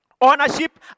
ownership